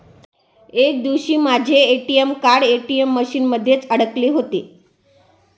एक दिवशी माझे ए.टी.एम कार्ड ए.टी.एम मशीन मध्येच अडकले होते